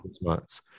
months